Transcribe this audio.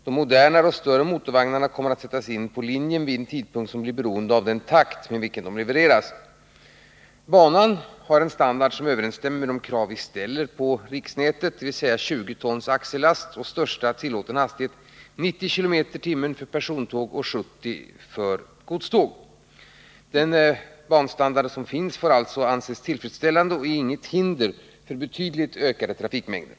De modernare och större motorvagnarna kommer att sättas in på linjen vid Nr 54 en tidpunkt som blir beroende av den takt med vilken de levereras. Måndagen den Banan har en standard som överens: ämmer med de krav vi ställer på det 17 december 1979 s.k. riksnätet, dvs. 20 tons axellast och största tillåten hastighet 90 km tim. för godståg. Den nuvarande banstandarden får därmed anses tillfredsställande och utgör inget hinder för betydligt ökade trafikmängder.